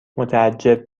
متعجب